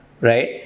Right